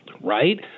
right